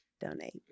donate